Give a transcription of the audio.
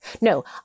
No